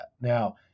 now